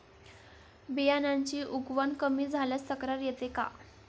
बियाण्यांची उगवण कमी झाल्यास तक्रार करता येते का?